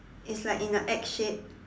is like in a egg shape